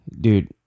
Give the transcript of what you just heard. Dude